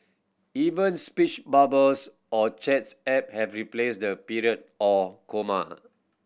even speech bubbles on chats app have replaced the period or comma